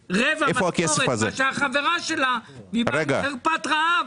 מקבלת רבע משכורת מהחברה שלה שבחרפת רעב.